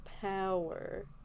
power